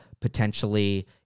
potentially